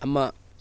ꯑꯃ